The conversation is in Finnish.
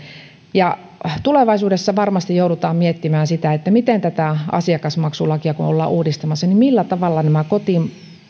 tulevaisuudessa varmasti joudutaan miettimään kun tätä asiakasmaksulakia ollaan uudistamassa millä tavalla nämä kotiin